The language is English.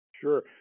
Sure